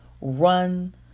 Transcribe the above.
run